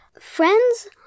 friends